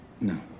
No